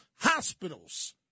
Hospitals